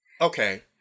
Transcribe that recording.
Okay